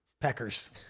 peckers